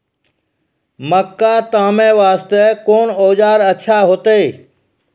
मक्का तामे वास्ते कोंन औजार अच्छा होइतै?